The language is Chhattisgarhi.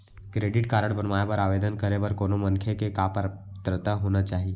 क्रेडिट कारड बनवाए बर आवेदन करे बर कोनो मनखे के का पात्रता होही?